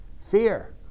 Fear